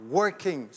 working